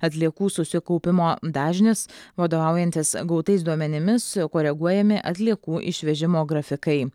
atliekų susikaupimo dažnis vadovaujantis gautais duomenimis koreguojami atliekų išvežimo grafikai